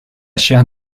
chair